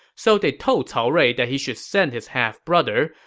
so they told cao rui that he should send his half brother,